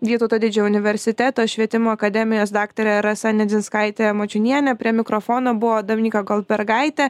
vytauto didžiojo universiteto švietimo akademijos daktarė rasa nedzinskaitė mačiūnienė prie mikrofono buvo dominyka goldbergaitė